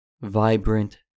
vibrant